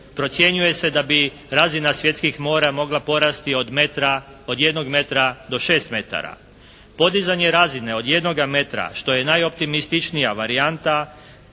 Procjenjuje se da bi razina svjetskih mora mogla porasti od metra, od jednog metra do šest metara. Podizanje razine od jednoga metra što je najoptimističnija varijanta